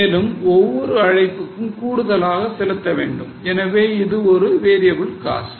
மேலும் ஒவ்வொரு அழைப்புக்கும் கூடுதலாக செலுத்த வேண்டும் எனவே இது ஒரு variable cost